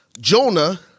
Jonah